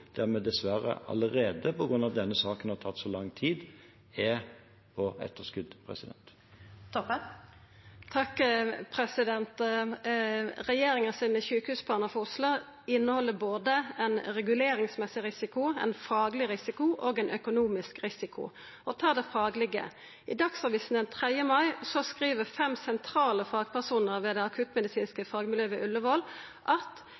der vi dessverre allerede på grunn av at denne saken har tatt så lang tid, er på etterskudd. Regjeringa sine sjukehusplanar for Oslo inneheld både ein reguleringsmessig risiko, ein fagleg risiko og ein økonomisk risiko. For å ta det faglege: I Dagsavisen den 3. mai skriv fem sentrale fagpersonar ved det akuttmedisinske fagmiljøet ved Ullevål at